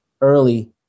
early